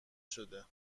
شده